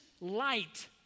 light